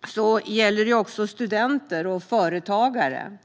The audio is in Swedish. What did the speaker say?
Detta handlar också om studenter och företagare.